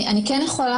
אני כן יכולה,